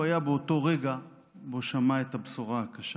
הוא היה באותו רגע שבו שמע את הבשורה הקשה.